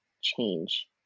change